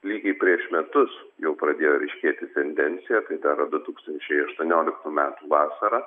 lygiai prieš metus jau pradėjo ryškėti tendencija kai dar du tūkstančiai aštuonioliktų metų vasarą